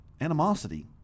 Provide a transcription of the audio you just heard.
animosity